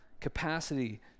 capacity